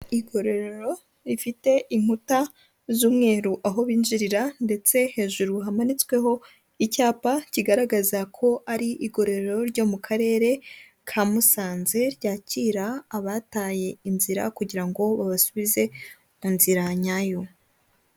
igororero rifite inkuta z'umweru, aho binjirira ndetse hejuru hamanitsweho icyapa kigaragaza ko ari igororero ryo mu karere ka Musanze ryakira abataye inzira kugira ngo babasubize mu nzira nyayo.